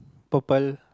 purple